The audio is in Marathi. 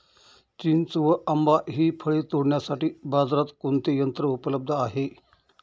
चिंच व आंबा हि फळे तोडण्यासाठी बाजारात कोणते यंत्र उपलब्ध आहे?